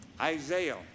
Isaiah